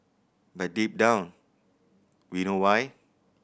but deep down we know why